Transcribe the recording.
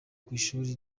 kwishuri